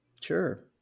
Sure